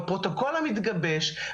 בפרוטוקול המתגבש,